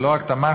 ולא רק תמכנו,